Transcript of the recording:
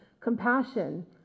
compassion